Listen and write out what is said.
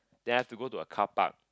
then I have to go to a carpark